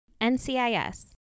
NCIS